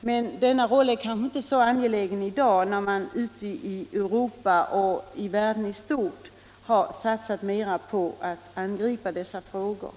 men det är i dag inte lika angeläget för oss att spela denna roll, eftersom man ute i Europa och i världen i stort nu har satsat mer på att angripa dessa frågor.